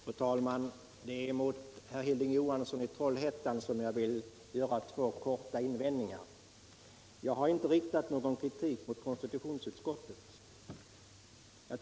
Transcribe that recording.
Fru talman! Det är mot herr Hilding Johansson i Trollhättan som jag vill göra två korta invändningar. Jag har inte riktat någon kritik mot konstitutionsutskottet.